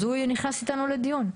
אז הוא נכנס איתנו לדיון.